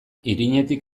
irinetik